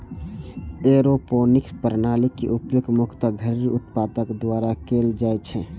aeroponic प्रणालीक उपयोग मुख्यतः घरेलू उत्पादक द्वारा कैल जाइ छै